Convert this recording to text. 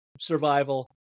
survival